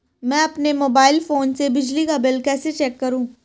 मैं अपने mobile phone से बिजली का बिल कैसे चेक करूं?